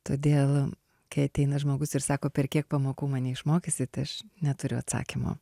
todėl kai ateina žmogus ir sako per kiek pamokų mane išmokysit aš neturiu atsakymo